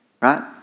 right